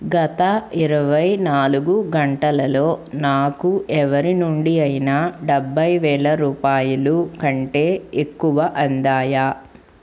గత ఇరువై నాలుగు గంటలలో నాకు ఎవరి నుండి అయినా డెబ్భై వేల రూపాయలు కంటే ఎక్కువ అందాయా